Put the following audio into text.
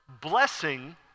blessing